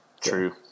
True